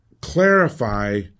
clarify